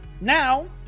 now